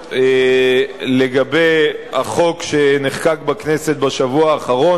לגבי החוק שנחקק בכנסת בשבוע האחרון,